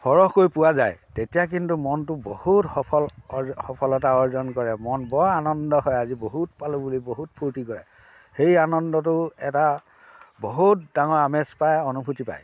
সৰহকৈ পোৱা যায় তেতিয়া কিন্তু মনটো বহুত সফল অ সফলতা অৰ্জন কৰে মন বৰ আনন্দ হয় আজি বহুত পালোঁ বুলি বহুত ফূৰ্তি কৰে সেই আনন্দটো এটা বহুত ডাঙৰ আমেজ পায় অনুভূতি পায়